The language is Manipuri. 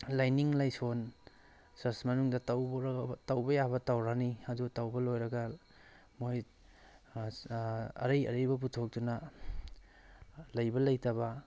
ꯂꯥꯏꯅꯤꯡ ꯂꯥꯏꯁꯣꯟ ꯆꯔꯆ ꯃꯅꯨꯡꯗ ꯇꯧꯕ ꯌꯥꯕ ꯇꯧꯔꯅꯤ ꯑꯗꯨ ꯇꯧꯕ ꯂꯣꯏꯔꯒ ꯃꯣꯈꯣꯏ ꯑꯔꯩ ꯑꯔꯩꯕ ꯄꯨꯊꯣꯛꯇꯨꯅ ꯂꯩꯕ ꯂꯩꯇꯕ